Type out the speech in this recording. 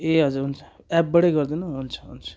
ए हजुर हुन्छ एपबाटै गरिदिनु हुन्छ हुन्छ